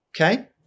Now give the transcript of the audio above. okay